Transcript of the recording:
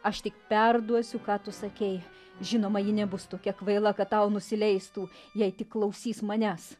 aš tik perduosiu ką tu sakei žinoma ji nebus tokia kvaila kad tau nusileistų jei tik klausys manęs